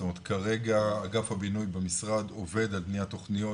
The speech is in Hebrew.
כרגע אגף הבינוי במשרד עובד על בניית תוכניות